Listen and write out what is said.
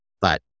but-